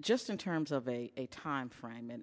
just in terms of a timeframe and